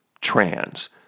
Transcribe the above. trans